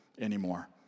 anymore